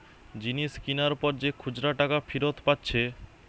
জিনিস কিনার পর যে খুচরা টাকা ফিরত পাচ্ছে